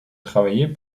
travailler